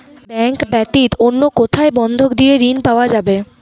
Bank ব্যাতীত অন্য কোথায় বন্ধক দিয়ে ঋন পাওয়া যাবে?